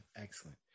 excellent